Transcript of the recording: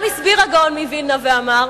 הגאון מווילנה גם הסביר ואמר